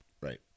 Right